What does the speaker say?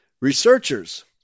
researchers